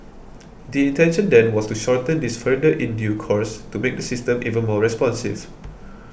the intention then was to shorten this further in due course to make the system even more responsive